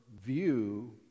view